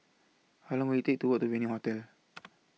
How Long Will IT Take to Walk to Venue Hotel